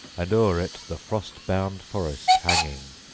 and o'er it the frost-bound forest hanging,